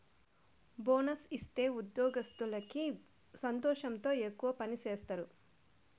bonus ఇత్తే ఉద్యోగత్తులకి సంతోషంతో ఎక్కువ పని సేత్తారు